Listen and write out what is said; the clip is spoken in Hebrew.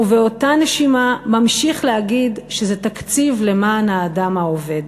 ובאותה נשימה ממשיך להגיד שזה תקציב למען האדם העובד.